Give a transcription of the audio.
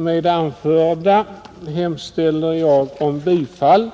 Med det anförda hemställer jag om bifall